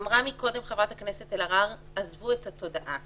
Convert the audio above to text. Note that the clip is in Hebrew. אמרה קודם חברת הכנסת אלהרר: עזבו את התודעה.